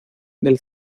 del